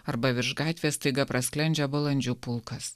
arba virš gatvės staiga prasklendžia balandžių pulkas